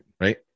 Right